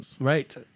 Right